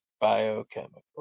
biochemical